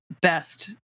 best